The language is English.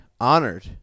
honored